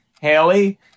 Haley